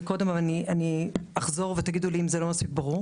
קודם אבל אחזור ותגידו לי אם זה לא מספיק ברור